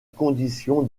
condition